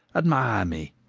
admire me.